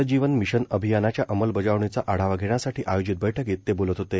जलजीवन mission अभियानाच्या अंमलबजावणीचा आढावा घेण्यासाठी आयोजित बैठकीत ते बोलत होते